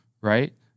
right